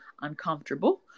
uncomfortable